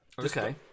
Okay